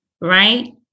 Right